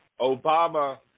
Obama